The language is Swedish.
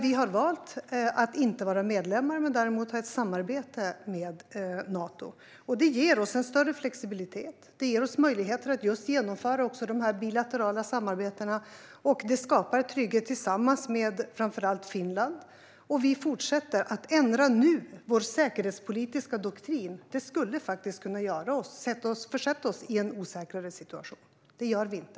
Vi har valt att inte vara medlem i Nato men att däremot ha ett samarbete med Nato. Detta ger oss en större flexibilitet. Det ger oss möjligheter att genomföra bilaterala samarbeten. Det skapar också trygghet, tillsammans med framför allt Finland. Vi fortsätter med detta. Att nu ändra vår säkerhetspolitiska doktrin skulle kunna försätta oss i en osäkrare situation. Det gör vi inte.